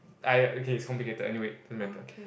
!aiya! okay it's complicated anyway it doesn't matter